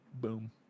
Boom